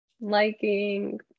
liking